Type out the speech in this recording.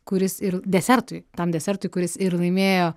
kuris ir desertui tam desertui kuris ir laimėjo